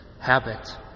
habit